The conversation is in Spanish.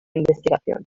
investigación